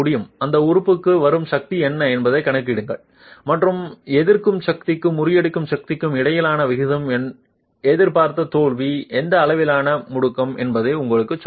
அந்த உறுப்புக்கு வரும் சக்தி என்ன என்பதைக் கணக்கிடுங்கள் மற்றும் எதிர்க்கும் சக்திக்கு முறியடிக்கும் சக்திக்கு இடையிலான விகிதம் எதிர்பார்த்த தோல்வி எந்த அளவிலான முடுக்கம் என்பதை உங்களுக்குச் சொல்ல முடியும்